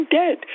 dead